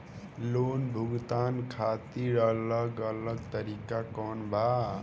Loan भुगतान खातिर अलग अलग तरीका कौन बा?